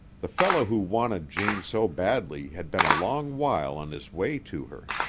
the fellow who wanted jane so badly had been a long while on his way to her.